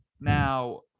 Now